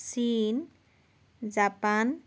চীন জাপান